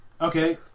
Okay